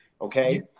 okay